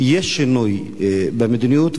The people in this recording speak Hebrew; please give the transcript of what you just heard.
יש שינוי במדיניות,